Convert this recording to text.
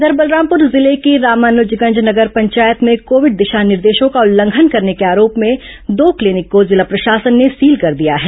उधर बलरामपुर जिले की रामानुजगंज नगर पंचायत में कोविड दिशा निर्देशों का उल्लंघन करने के आरोप में दो क्लीनिक को जिला प्रशासन ने सील कर दिया है